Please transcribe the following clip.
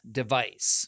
device